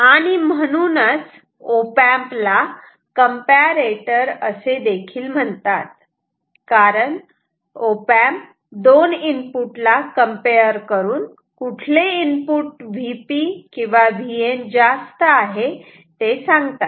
आणि म्हणूनच op amp ला कम्प्यारेटर असेदेखील म्हणतात कारण ऑप अँप 2 इनपुट ला कम्पेअर करून कुठले इनपुट Vp किंवा Vn जास्त आहे ते सांगतात